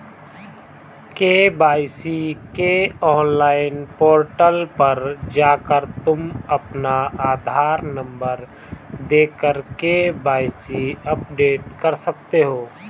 KYC के online portal पर जाकर तुम अपना आधार नंबर देकर के.वाय.सी अपडेट कर सकते हो